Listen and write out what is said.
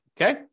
Okay